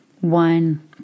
one